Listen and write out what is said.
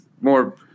more